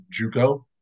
Juco